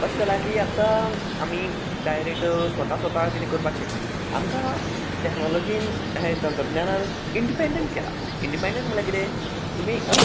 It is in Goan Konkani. कशें जालां की आतां आमी डायरेक्ट स्वता स्वता कितें करपाक शकता आमकां टेक्नॉलॉजीन अशें तंत्रज्ञानान इंडिपेंडंट केलां इंडिपेंडंट म्हणल्यार कितें तुमी